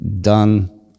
done